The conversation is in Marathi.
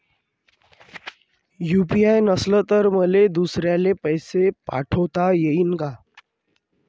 यू.पी.आय नसल तर मले दुसऱ्याले पैसे पाठोता येईन का?